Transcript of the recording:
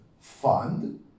fund